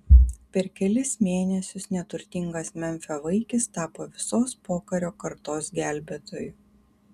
per kelis mėnesius neturtingas memfio vaikis tapo visos pokario kartos gelbėtoju